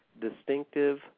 distinctive